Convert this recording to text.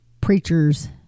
preachers